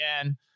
again